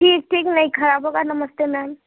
ठीक ठीक नहीं ख़राब होगा नमस्ते मैम